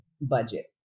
budget